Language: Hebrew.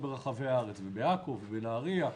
בנהריה,